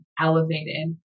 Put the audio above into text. elevated